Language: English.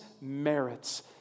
merits